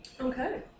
Okay